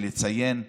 לציין פה,